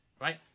Right